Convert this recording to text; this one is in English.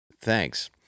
Thanks